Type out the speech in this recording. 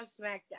SmackDown